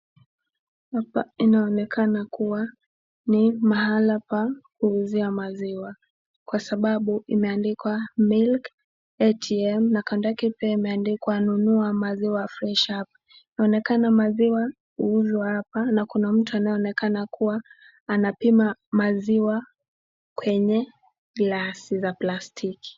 Hapa inaonekana kuwa ni mahala pa kuuzia maziwa, sababu imeandikwa milk ATM , na kando yake imeandikwa nunua maziwa freshi hapa. Inaonekana maziwa huuzwa hapa, na kuna mtu anaonekana akipima maziwa kwenye glasi za plastiki.